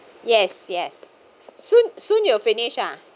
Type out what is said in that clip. yes yes soon soon you'll finish ah